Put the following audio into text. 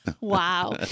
Wow